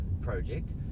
project